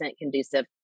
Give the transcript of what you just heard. conducive